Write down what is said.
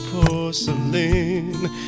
porcelain